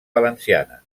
valenciana